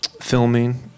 filming